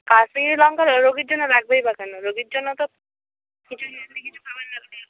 কাশ্মীরি লঙ্কা রোগীর জন্য লাগবেই বা কেন রোগীর জন্য তো হেলদি কিছু খাবার লাগবে